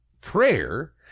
prayer